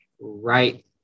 right